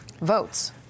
votes